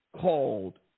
called